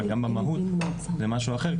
אבל גם במהות זה משהו אחר,